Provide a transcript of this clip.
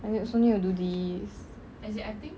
and you also need to do these